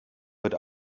wird